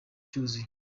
cyuzuye